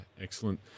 excellent